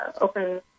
open